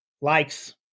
likes